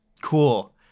Cool